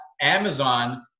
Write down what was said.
amazon